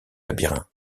labyrinthe